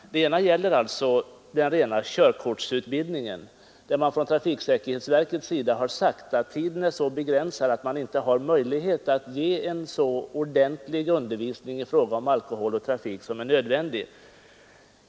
Det ena är den rena körkortsutbildningen. Beträffande den har trafiksäkerhetsverket sagt att tiden är så begränsad att man inte har någon möjlighet att ge den grundliga undervisning om alkohol och trafik som är nödvändig.